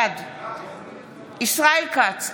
בעד ישראל כץ,